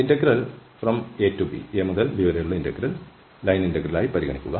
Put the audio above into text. integral ഈ point a മുതൽ ഈ b വരെ കർവ് ഇന്റഗ്രൽ ആയി പരിഗണിക്കുക